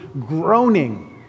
groaning